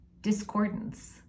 discordance